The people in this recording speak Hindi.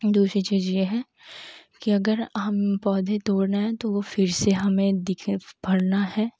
दूसरी चीज़ यह है की अगर हम पौधे तोड़ रहे हैं तो वह फ़िर से हमें दिखे फरन हैं